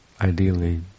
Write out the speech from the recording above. ideally